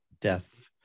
death